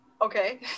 okay